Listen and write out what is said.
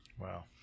Wow